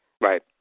Right